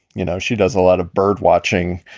you know, she does a lot of birdwatching